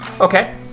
okay